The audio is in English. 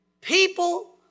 People